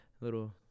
Little